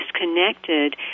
disconnected